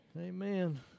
amen